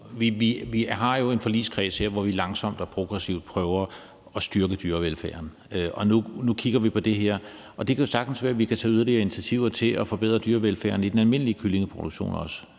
Vi har jo en forligskreds her, hvor vi langsomt og progressivt prøver at styrke dyrevelfærden, og nu kigger vi på det her, og det kan sagtens være, at vi kan tage yderligere initiativer til at forbedre dyrevelfærden i den almindelige kyllingeproduktion også.